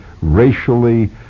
racially